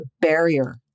barrier